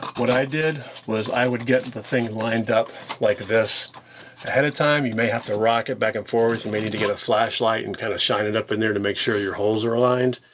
what i did was i would get the thing lined up like this ahead of time. you may have to rock it back and forth. you and may need to get a flashlight and kind of shine it up in there to make sure your holes are aligned.